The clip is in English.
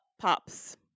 Pops